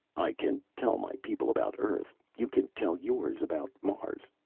i can tell my people about earth you can tell yours about mars.